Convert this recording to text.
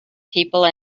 people